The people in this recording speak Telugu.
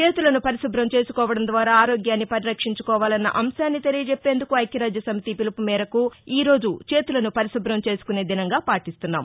చేతులను పరిశుభ్రం చేసుకోవడం ద్వారా ఆరోగ్యాన్ని పరిరక్షించు కోవాలన్న అంశాన్ని తెలియజెప్పేందుకు ఐక్యరాజ్యసమితి పిలుపుమేరకు ఈరోజు చేతులను పరిశుభ్రం చేసుకునేదినంగా పాటిస్తున్నాం